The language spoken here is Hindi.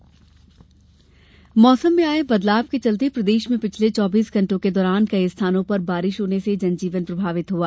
मौसम मौसम में आये बदलाव के चलते प्रदेश में पिछले चौबीस घंटों के दौरान कई स्थानों पर बारिश होने से जनजीवन प्रभावित हुआ